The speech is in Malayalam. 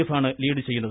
എഫാണ് ലീഡ് ചെയ്യുന്നത്